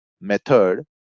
method